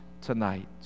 tonight